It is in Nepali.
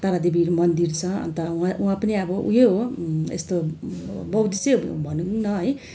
तारा देवी मन्दिर छ अन्त उहाँ उहाँ पनि अब उयो हो यस्तो बुद्धिस्टै भनौँ न है